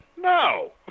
no